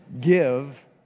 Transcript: Give